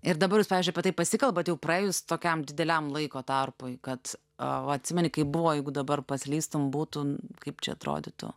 ir dabar jūs pavyzdžiuiapie tai pasikalbat jau praėjus tokiam dideliam laiko tarpui kad va atsimeni kaip buvo jeigu dabar paslystum būtų kaip čia atrodytų